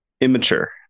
Immature